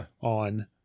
on